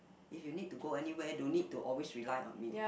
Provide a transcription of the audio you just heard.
if you need to go anywhere don't need to always rely on me